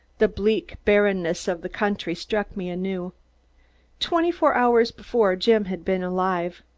the bleak barrenness of the country struck me anew. twenty-four hours before jim had been alive.